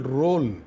role